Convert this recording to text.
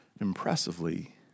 impressively